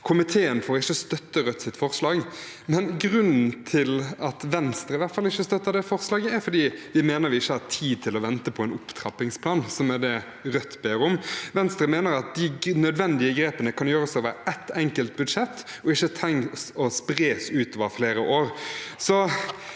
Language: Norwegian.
komiteen for ikke å støtte Rødt sitt forslag. Grunnen til at i hvert fall Venstre ikke støtter det forslaget, er at vi mener vi ikke har tid til å vente på en opptrappingsplan, som er det Rødt ber om. Venstre mener at de nødvendige grepene kan gjøres over ett enkelt budsjett, og ikke trengs å spres ut over flere år.